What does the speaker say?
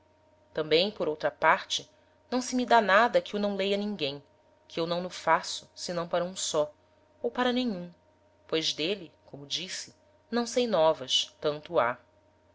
tambem por outra parte não se me dá nada que o não leia ninguem que eu não no faço senão para um só ou para nenhum pois d'êle como disse não sei novas tanto ha